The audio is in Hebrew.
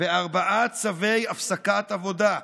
וארבעה צווי הפסקת עבודה,